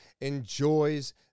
enjoys